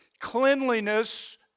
Cleanliness